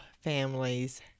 families